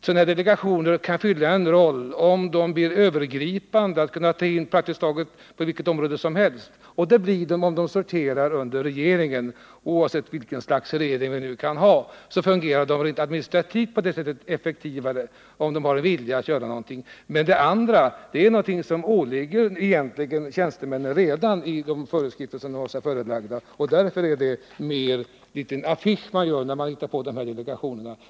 Sådana här delegationer kan fylla en roll om de blir övergripande och kan arbeta på praktiskt taget vilket område som helst — och det blir de om de sorterar under regeringen. Oavsett vilket slags regering vi har fungerar delegationerna rent administrativt effektivare på det sättet, om de har vilja att göra någonting. Men det andra samarbetet — det är någonting som egentligen åligger tjänstemännen redan i de föreskrifter som vi har. Därför är det mer fråga om en liten affisch när man hittar på de här delegationerna.